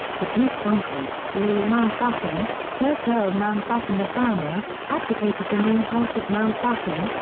the duke's uncle, louis mountbatten, first earl mountbatten of burma, advocated the name house of mountbatten,